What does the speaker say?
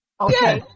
Okay